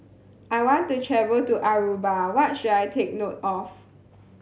I want to travel to Aruba what should I take note of